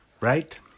right